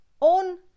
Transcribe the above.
on